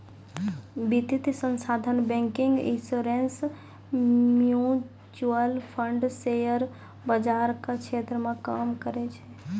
वित्तीय संस्थान banking insurance mutual fund share बाजार के क्षेत्र मे काम करै छै